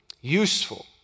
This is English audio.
Useful